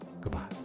Goodbye